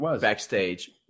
backstage